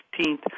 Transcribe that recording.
15th